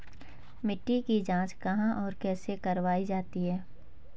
मिट्टी की जाँच कहाँ और कैसे करवायी जाती है?